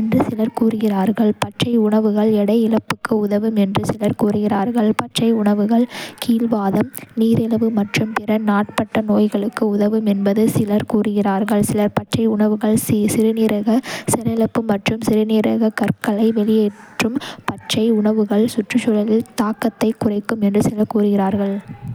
என்று சிலர் கூறுகிறார்கள். பச்சை உணவுகள் எடை இழப்புக்கு உதவும் என்று சிலர் கூறுகிறார்கள். பச்சை உணவுகள் கீல்வாதம், நீரிழிவு மற்றும் பிற நாட்பட்ட நோய்களுக்கு உதவும் என்று சிலர் கூறுகிறார்கள். சிலர் பச்சை உணவுகள் சிறுநீரக செயலிழப்பு மற்றும் சிறுநீரகக் கற்களை வெளியேற்றும்.பச்சை உணவுகள் சுற்றுச்சூழலில் தாக்கத்தை குறைக்கும் என்று சிலர் கூறுகின்றனர்.